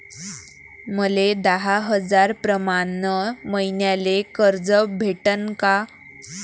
मले दहा हजार प्रमाण मईन्याले कर्ज भेटन का?